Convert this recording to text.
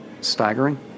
staggering